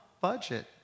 budget